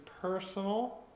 personal